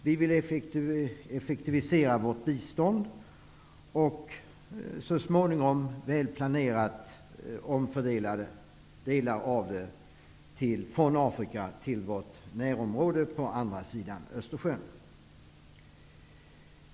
Vi vill effektivisera vårt bistånd och så småningom, väl planerat, omfördela delar av det från Afrika till vårt närområde på andra sidan Östersjön.